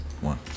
one